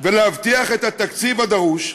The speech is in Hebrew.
ולהבטיח את התקציב הדרוש,